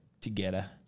together